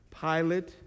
Pilate